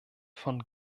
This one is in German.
von